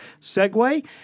segue